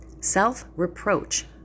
Self-reproach